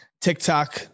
TikTok